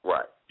Right